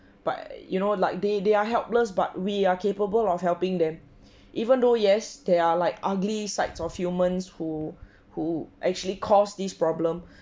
but you know like they they are helpless but we are capable of helping them even though yes they are like ugly sides of humans who who actually cause this problem